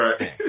right